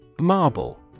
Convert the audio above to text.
marble